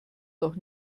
doch